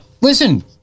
listen